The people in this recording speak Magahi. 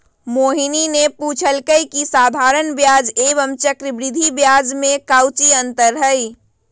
मोहिनी ने पूछल कई की साधारण ब्याज एवं चक्रवृद्धि ब्याज में काऊची अंतर हई?